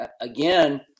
Again